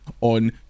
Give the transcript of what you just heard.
on